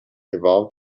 evolve